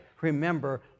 remember